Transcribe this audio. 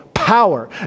power